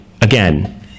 again